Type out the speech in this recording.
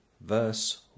verse